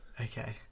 Okay